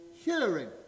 hearing